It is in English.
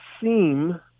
seem